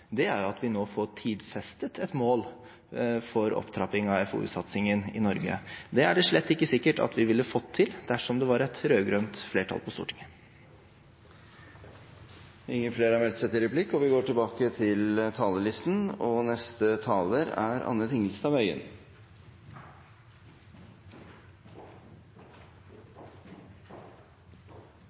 for, er at vi nå får tidfestet et mål for opptrapping av FoU-satsingen i Norge. Det er det slett ikke sikkert at vi ville fått til dersom det var et rød-grønt flertall på Stortinget. Replikkordskiftet er dermed omme. Regjeringas langtidsplan for forskning og utdanning ble lagt fram den samme dagen som statsbudsjettet ble lagt fram, og